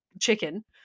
chicken